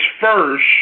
first